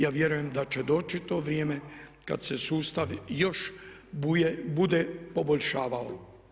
Ja vjerujem da će doći to vrijeme kad se sustav još bude poboljšavao.